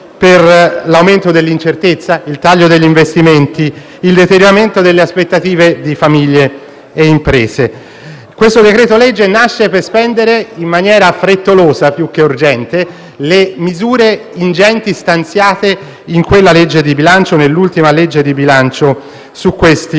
per l'aumento dell'incertezza, il taglio degli investimenti, il deterioramento delle aspettative di famiglie e imprese. Questo decreto-legge nasce per spendere, in maniera frettolosa più che urgente, le misure ingenti stanziate nell'ultima legge di bilancio su tali